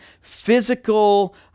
physical